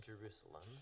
Jerusalem